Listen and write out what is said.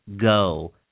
go